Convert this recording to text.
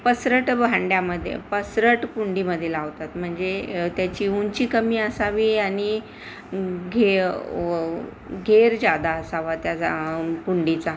पसरट भांड्यामध्ये पसरट कुंडीमध्ये लावतात म्हणजे त्याची उंची कमी असावी आणि घे घेर जादा असावा त्याचा कुंडीचा